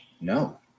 No